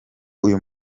uyu